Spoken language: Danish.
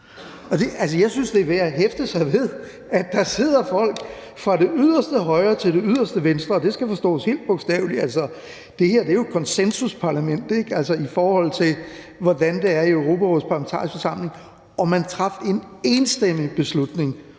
Jeg synes, det er værd at hæfte sig ved, at der sidder folk fra det yderste højre til det yderste venstre – og det skal forstås helt bogstaveligt, for det her er jo et konsensusparlament, i forhold til hvordan det er i Europarådets Parlamentariske Forsamling – og at man traf en enstemmig beslutning